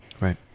Right